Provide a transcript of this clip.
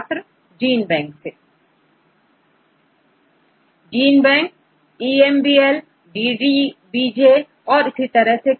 छात्र gene bank GenBank EMBL या DDBJ और भी तरह से